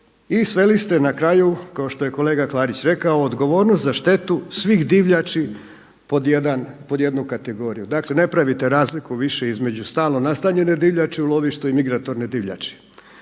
i sveli ste na kraju kao što je kolega Klarić rekao odgovornost za štetu svih divljači pod jednu kategoriju. Dakle ne pravite razliku više između stalno nastanjene divljači u lovištu i migratorne divljači.